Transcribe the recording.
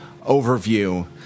overview